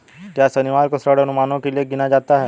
क्या शनिवार को ऋण अनुमानों के लिए गिना जाता है?